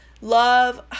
love